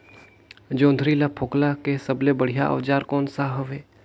जोंदरी ला फोकला के सबले बढ़िया औजार कोन सा हवे?